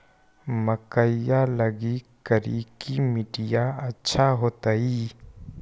मकईया लगी करिकी मिट्टियां अच्छा होतई